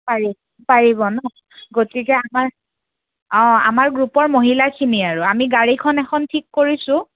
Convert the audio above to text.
পাৰি পাৰিব ন গতিকে আমাৰ অঁ আমাৰ গ্ৰুপৰ মহিলাখিনি আৰু আমি গাড়ীখন এখন ঠিক কৰিছোঁ